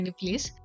please